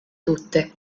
tutte